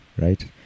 Right